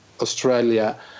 Australia